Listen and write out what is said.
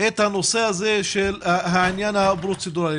את הנושא של העניין הפרוצדוראלי.